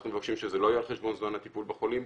אנחנו מבקשים שזה לא יהיה על חשבון זמן הטיפול בחולים,